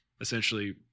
essentially